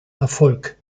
erfolg